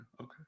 okay